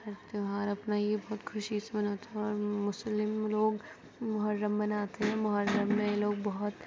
ہر تہوار اپنا یہ بہت خوشی سے مناتے ہیں اور مسلم لوگ محرم مناتے ہیں محرم میں یہ لوگ بہت